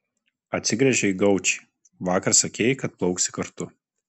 atsigręžė į gaučį vakar sakei kad plauksi kartu